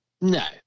No